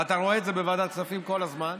ואתה רואה את זה בוועדת הכספים כל הזמן,